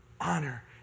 Honor